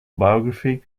biography